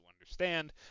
understand